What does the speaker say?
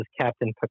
Captain